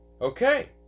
Okay